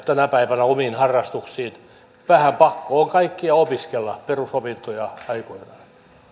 tänä päivänä omiin harrastuksiin vähän pakko on kaikkien opiskella perusopintoja aikanaan